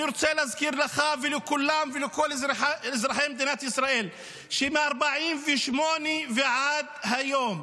אני רוצה להזכיר לך ולכולם ולכל אזרחי מדינת ישראל שמ-48' ועד היום,